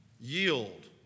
Yield